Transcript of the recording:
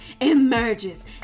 emerges